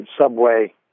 Subway